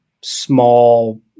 small